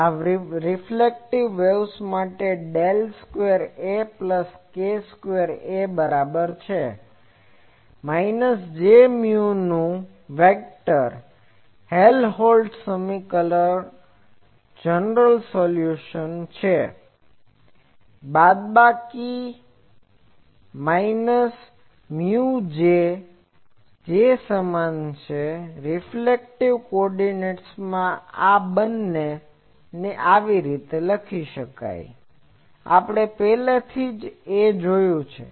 આ spherical waves માટે del square A plus k square A બરાબર છે માઈનસ મ્યુ નું વેક્ટર હેલહોલ્ત્ઝ સમીકરણનું જનરલ સોલ્યુશન છે બાદબાકી મ્યુ જે જે સમાન છે સ્ફેરીકલ કોઓર્ડિનેટ્સમાં બને છે આ એ લખી શકાય છે કારણ કે આપણે પહેલાથી જ A જોયું છે